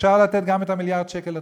אפשר לתת גם את מיליארד השקל לתרבות.